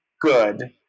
good